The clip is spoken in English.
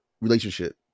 relationship